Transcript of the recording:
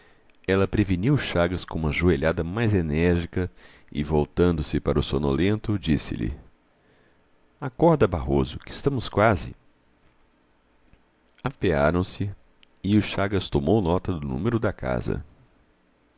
ela preveniu o chagas com uma joelhada mais enérgica e voltando-se para o sonolento disse-lhe acorda barroso que estamos quase apearam-se e o chagas tomou nota do número da casa